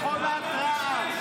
אתה מכונת רעל.